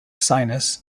sinus